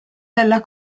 della